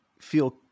feel